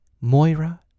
Moira